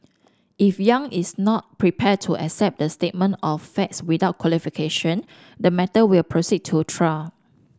if Yang is not prepared to accept the statement of facts without qualification the matter will proceed to trial